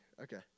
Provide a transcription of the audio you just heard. Okay